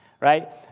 right